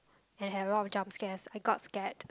and had a lot of jump scares I got scared